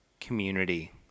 community